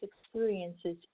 experiences